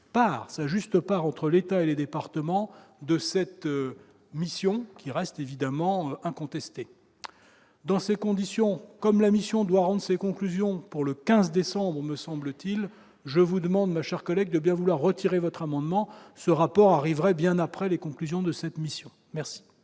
sa juste part entre l'État et les départements de cette mission qui reste évidemment incontesté dans ces conditions, comme la mission doit rendre ses conclusions pour le 15 décembre, me semble-t-il, je vous demande ma chère collègue de bien vouloir retirer votre amendement ce rapport arriverait bien après les conclusions de cette mission, merci.